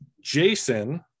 Jason